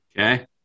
Okay